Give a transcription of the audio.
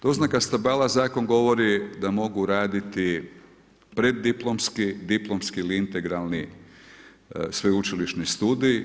Doznaka stabala zakon govori da mogu raditi preddiplomski, diplomski ili integralni sveučilišni studij.